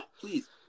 Please